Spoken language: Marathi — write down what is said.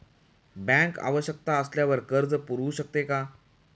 बँक आवश्यकता असल्यावर कर्ज पुरवू शकते का?